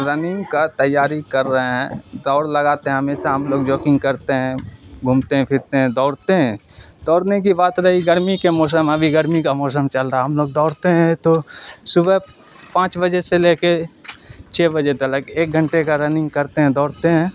running کا تیاری کر رہے ہیں دوڑ لگاتے ہیں ہمیشہ ہم لوگ جوگنگ کرتے ہیں گھومتے ہیں پھرتے ہیں دوڑتے ہیں دوڑنے کی بات رہی گرمی کے موسم ابھی گرمی کا موسم چل رہا ہم لوگ دوڑتے ہیں تو صبح پانچ بجے سے لے کے چھ بجے تلک ایک گھنٹے کا رننگ کرتے ہیں دوڑتے ہیں